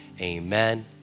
Amen